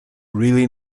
really